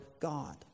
God